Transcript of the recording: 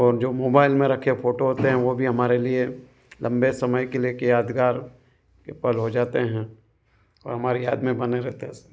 और जो मोबाइल में रखे फोटो होते हैं वो भी हमारे लिए लंबे समय के लिए एक यादगार के पल हो जाते हैं और हमारी याद में बने रहते हैं ऐसे ही